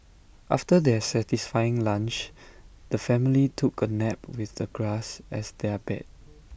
after their satisfying lunch the family took A nap with the grass as their bed